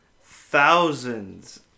thousands